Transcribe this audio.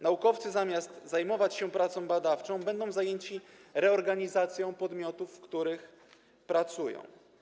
Naukowcy zamiast zajmować się pracą badawczą będą zajęci reorganizacją podmiotów, w których pracują.